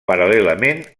paral·lelament